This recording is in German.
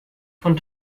von